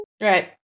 Right